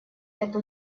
эту